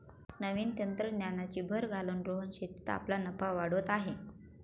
नवीन तंत्रज्ञानाची भर घालून रोहन शेतीत आपला नफा वाढवत आहे